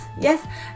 yes